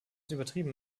übertrieben